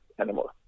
anymore